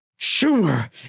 Schumer